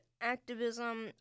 activism